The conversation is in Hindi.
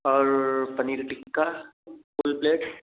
और पनीर टिक्का फूल प्लेट